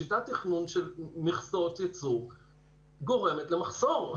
שיטת תכנון של מכסות ייצור גורמת למחסור.